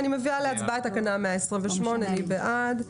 אני מביאה להצבעה את תקנה 128. מי בעד?